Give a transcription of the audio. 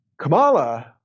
Kamala